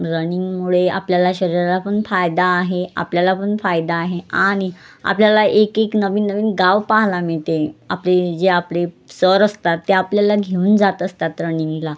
रनिंगमुळे आपल्याला शरीराला पण फायदा आहे आपल्याला पण फायदा आहे आणि आपल्याला एक एक नवीन नवीन गाव पाहायला मिळते आपले जे आपले सर असतात ते आपल्याला घेऊन जात असतात रनिंगला